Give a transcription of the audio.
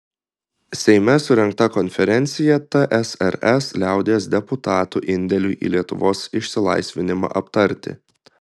seime surengta konferencija tsrs liaudies deputatų indėliui į lietuvos išsilaisvinimą aptarti